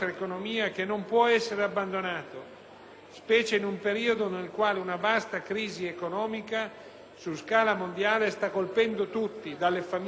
specie in un periodo nel quale una vasta crisi economica su scala mondiale sta colpendo tutti, dalle famiglie alle piccole e medie imprese.